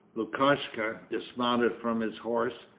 lukashka dismounted from his horse,